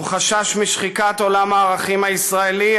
הוא חשש משחיקת עולם הערכים הישראלי,